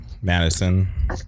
Madison